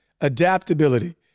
adaptability